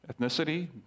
ethnicity